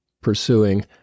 pursuing